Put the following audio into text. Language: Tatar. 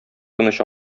тыныч